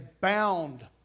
bound